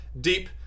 deep